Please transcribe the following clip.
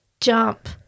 jump